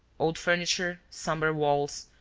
old furniture, somber walls,